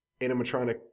animatronic